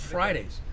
Fridays